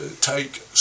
take